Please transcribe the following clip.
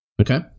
Okay